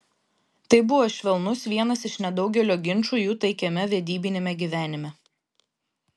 tai buvo švelnus vienas iš nedaugelio ginčų jų taikiame vedybiniame gyvenime